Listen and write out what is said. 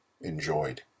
enjoyed